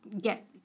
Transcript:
get